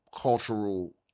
cultural